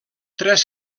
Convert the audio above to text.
tres